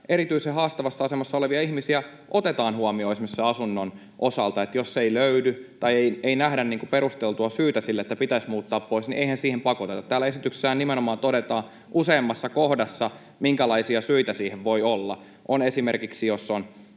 erityisen haastavassa asemassa olevia ihmisiä otetaan huomioon esimerkiksi asunnon osalta, että jos ei löydy tai ei nähdä perusteltua syytä sille, että pitäisi muuttaa pois, niin eihän siihen pakoteta. Täällä esityksessähän nimenomaan todetaan useammassa kohdassa, minkälaisia syitä siihen voi olla. On esimerkiksi, jos on